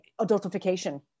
adultification